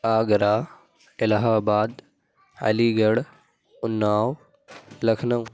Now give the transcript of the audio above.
Agra Allahabad Aligarh Unnao Lucknow